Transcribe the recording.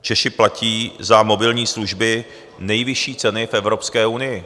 Češi platí za mobilní služby nejvyšší ceny v Evropské unii.